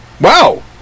wow